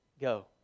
go